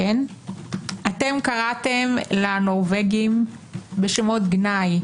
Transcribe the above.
אתם קראתם לנורבגים בשמות גנאי,